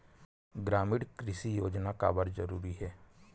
ग्रामीण कृषि योजना काबर जरूरी हे?